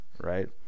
right